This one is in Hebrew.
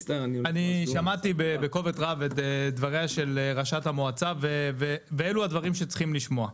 שמעתי את דבריה של ראשת המועצה ואלו הדברים שצריכים לשמוע,